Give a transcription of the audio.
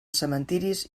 cementiris